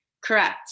Correct